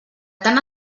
tant